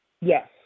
Yes